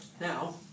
Now